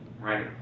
Right